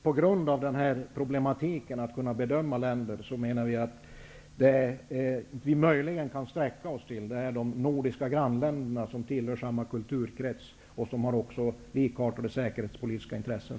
På grund av problem med att kunna bedöma länder, menar vi att man möjligen kan sträcka sig till en bedömning när det gäller de nordiska länderna, som tillhör samma kulturkrets och som har likartade säkerhetspolitiska intressen.